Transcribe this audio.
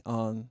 on